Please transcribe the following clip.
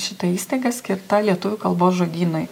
šita įstaiga skirta lietuvių kalbos žodynui